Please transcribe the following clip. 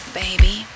baby